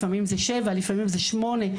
לפעמיים זה שבע לפעמים זה שמונה,